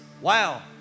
Wow